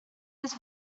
his